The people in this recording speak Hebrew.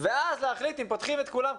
ואז להחליט אם פותחים את כולם,